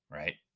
right